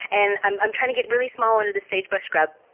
and i'm i'm trying to get really small under the sage brush scrub,